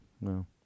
no